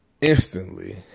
instantly